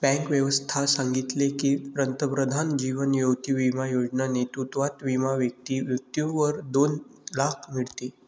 bank व्यवस्था सांगितले की, पंतप्रधान जीवन ज्योती बिमा योजना नेतृत्वात विमा व्यक्ती मृत्यूवर दोन लाख मीडते